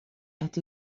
qed